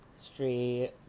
Street